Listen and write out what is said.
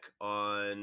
on